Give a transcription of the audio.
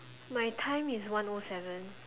my time is one O seven